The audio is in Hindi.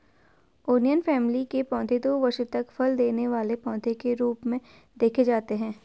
ओनियन फैमिली के पौधे दो वर्ष तक फल देने वाले पौधे के रूप में देखे जाते हैं